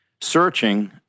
Searching